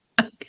Okay